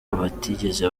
batigeze